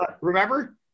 Remember